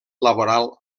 laboral